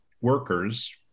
workers